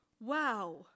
wow